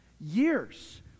years